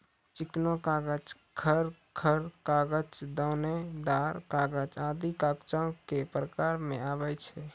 चिकना कागज, खर खर कागज, दानेदार कागज आदि कागजो क प्रकार म आवै छै